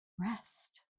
rest